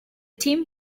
team